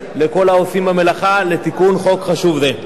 לכל העושים במלאכה לתיקון חוק חשוב זה.